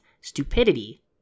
stupidity